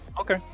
Okay